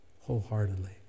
wholeheartedly